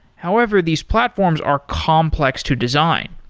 however, these platforms are complex to design.